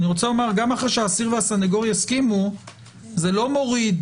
גם אחר שהאסיר והסנגור יסכימו - זה לא מוריד